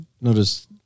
Notice